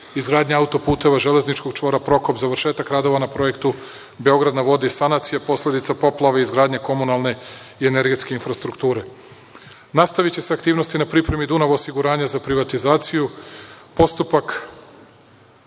izgradnja auto puteva, železničkog čvora „Prokop“, završetak radova na projektu „Beograd na vodi“ sanacija posledica poplava, izgradnja komunalne i energetske infrastrukture. Nastaviće se aktivnosti na pripremi Dunav osiguranja za privatizaciju, postupak